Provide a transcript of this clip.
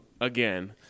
again